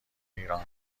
ایران